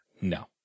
No